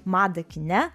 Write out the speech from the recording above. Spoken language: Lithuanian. madą kine